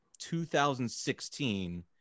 2016